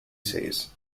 says